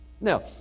Now